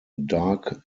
dark